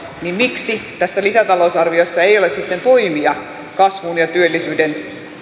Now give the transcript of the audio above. niin miksi tässä lisätalousarviossa ei ole sitten toimia kasvun ja työllisyyden